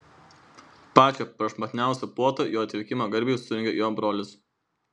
pačią prašmatniausią puotą jo atvykimo garbei surengė jo brolis